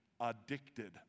addicted